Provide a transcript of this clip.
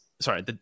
sorry